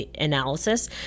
analysis